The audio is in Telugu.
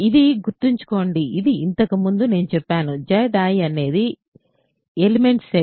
ఇది గుర్తుంచుకోండి ఇది ఇంతకు ముందు నేను చెప్పాను Zi అనేది ఎలిమెంట్స్ సెట్